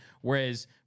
whereas